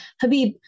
Habib